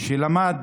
שלמד